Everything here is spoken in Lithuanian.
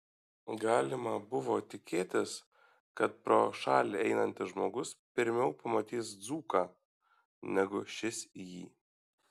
galima buvo tikėtis kad pro šalį einantis žmogus pirmiau pamatys dzūką negu šis jį